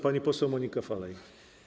Pani poseł Monika Falej.